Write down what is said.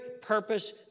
purpose